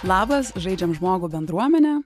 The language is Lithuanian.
labas žaidžiam žmogų bendruomene